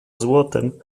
złotem